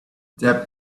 that